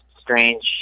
strange